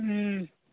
ও